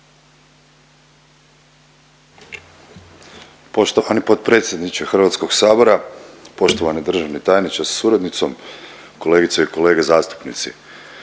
Poštovani potpredsjedniče Hrvatskog sabora, poštovani državni tajniče sa suradnicom, kolegice i kolege zastupnici,